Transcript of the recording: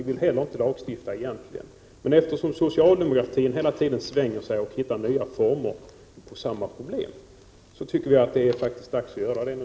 Inte heller vi vill egentligen lagstifta, men eftersom socialdemokratin hela tiden svänger sig och hittar nya former, tycker vi att det är dags att göra det nu.